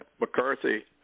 McCarthy